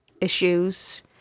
issues